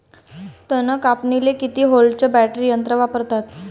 तन कापनीले किती व्होल्टचं बॅटरी यंत्र वापरतात?